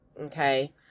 okay